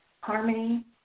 harmony